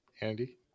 Andy